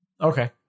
Okay